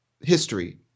history